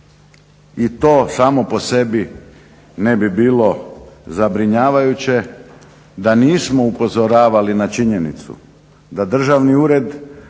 I to samo po sebi ne bi bilo zabrinjavajuće da nismo upozoravali na činjenicu da državni ured